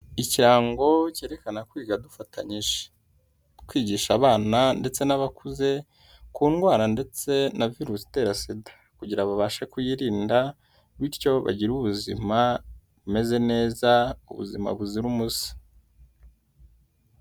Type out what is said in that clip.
Ikirango cyerekana kwiga dufatanyije, kwigisha abana ndetse n'abakuze, ku ndwara ndetse na virusi itera SIDA, kugira babashe kuyirinda bityo bagire ubuzima bumeze neza, ubuzima buzira umuze.